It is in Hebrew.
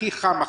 הכי חם,